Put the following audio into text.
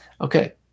Okay